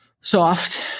soft